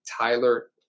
Tyler